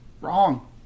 Wrong